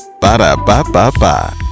Ba-da-ba-ba-ba